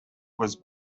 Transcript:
was